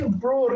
bro